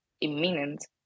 imminent